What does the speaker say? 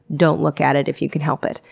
don't look at it if you can help it.